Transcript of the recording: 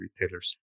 retailers